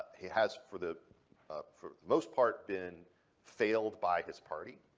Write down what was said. he has, for the um for the most part, been failed by his party.